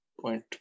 point